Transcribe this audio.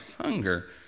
hunger